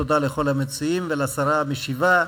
תודה לכל המציעים ולשרה המשיבה.